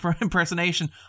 impersonation